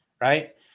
right